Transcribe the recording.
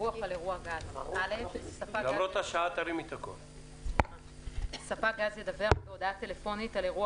דיווח על אירוע גז 5. ספק גז ידווח בהודעה טלפונית על אירוע